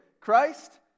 Christ